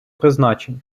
призначень